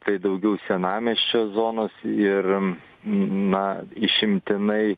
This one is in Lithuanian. tai daugiau senamiesčio zonos ir na išimtinai